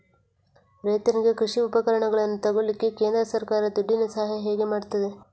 ರೈತನಿಗೆ ಕೃಷಿ ಉಪಕರಣಗಳನ್ನು ತೆಗೊಳ್ಳಿಕ್ಕೆ ಕೇಂದ್ರ ಸರ್ಕಾರ ದುಡ್ಡಿನ ಸಹಾಯ ಹೇಗೆ ಮಾಡ್ತದೆ?